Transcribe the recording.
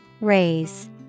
Raise